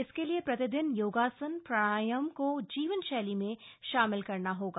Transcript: इसके लिए प्रतिदिन योगासन प्राणायाम को जीवनशैली में शामिल करना होगा